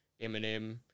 Eminem